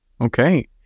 Okay